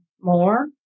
more